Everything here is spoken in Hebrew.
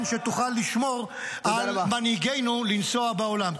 שתוכל לשמור על מנהיגינו לנסוע בעולם,